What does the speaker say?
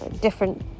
different